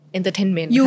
Entertainment